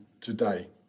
today